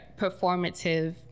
performative